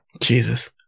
Jesus